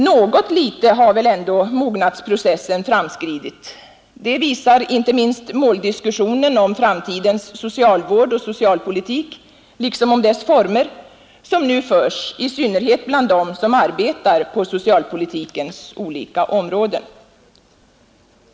Något litet har väl ändå mognadsprocessen framskridit, det visar inte minst måldiskussionen om framtidens socialvård och socialpolitik liksom om dess former, som förs i synnerhet bland dem som arbetar på socialpolitikens olika områden.